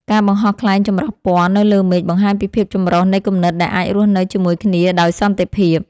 ការបង្ហោះខ្លែងចម្រុះពណ៌នៅលើមេឃ បង្ហាញពីភាពចម្រុះនៃគំនិតដែលអាចរស់នៅជាមួយគ្នាដោយសន្តិភាព។